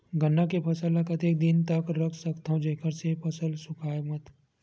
गन्ना के फसल ल कतेक दिन तक रख सकथव जेखर से फसल सूखाय मत?